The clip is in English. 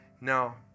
Now